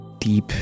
deep